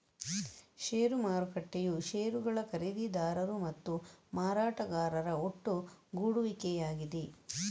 ಷೇರು ಮಾರುಕಟ್ಟೆಯು ಷೇರುಗಳ ಖರೀದಿದಾರರು ಮತ್ತು ಮಾರಾಟಗಾರರ ಒಟ್ಟುಗೂಡುವಿಕೆಯಾಗಿದೆ